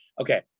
Okay